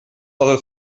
other